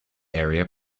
area